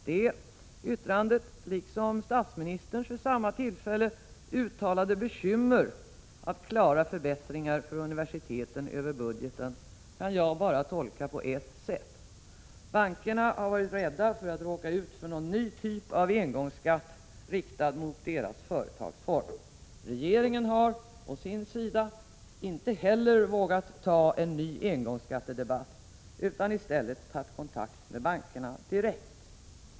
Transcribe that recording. Det yttrandet, liksom statsministerns vid samma tillfälle uttalade bekymmer att klara förbättringar för universiteten över budgeten, kan jag bara tolka på ett sätt: bankerna har varit rädda för att råka ut för någon ny typ av engångsskatt, riktad mot deras företagsform. Regeringen har, å sin sida, inte heller vågat ta en ny engångsskattedebatt utan i stället tagit kontakt med bankerna direkt.